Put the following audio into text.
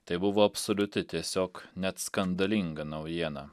tai buvo absoliuti tiesiog net skandalinga naujiena